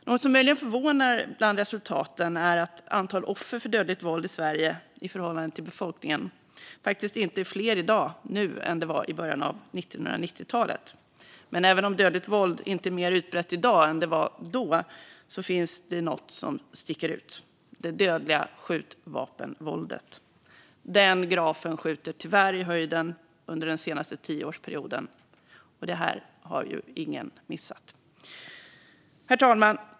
Något som möjligen förvånar bland resultaten är att antalet offer för dödligt våld i Sverige, i förhållande till befolkningsmängd, faktiskt inte är fler i dag nu än det var i början av 1990-talet. Men även om dödligt våld inte är mer utbrett i dag än det var då finns något som sticker ut, och det är det dödliga skjutvapenvåldet. Den grafen skjuter tyvärr i höjden under den senaste tioårsperioden. Det har ingen missat. Herr talman!